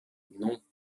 non